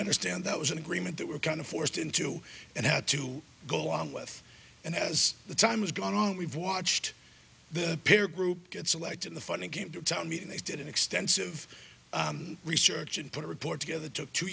understand that was an agreement that we're kind of forced into and had to go on with and as the time has gone on we've watched the peer group get selected the funding came to town meeting they did an extensive research and put a report together took two